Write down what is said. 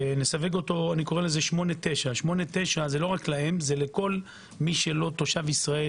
נסווג אותו 8/9 - זה לא רק להם לכל מי שלא תושב ישראל,